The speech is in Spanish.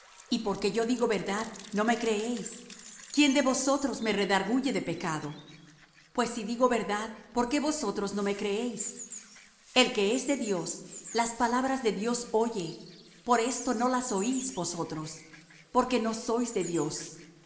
y porque yo digo verdad no me creéis quién de vosotros me redarguye de pecado pues si digo verdad por qué vosotros no me creéis el que es de dios las palabras de dios oye por esto no las oís vosotros porque no sois de dios